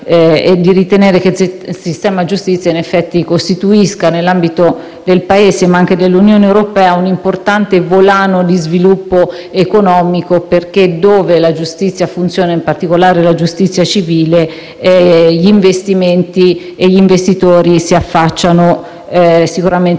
e quindi ritenere che il sistema giustizia in effetti costituisce, nell'ambito del Paese ma anche nell'Unione europea, un importante volano di sviluppo economico, perché dove la giustizia funziona, in particolare quella civile, gli investimenti e gli investitori si affacciano più facilmente.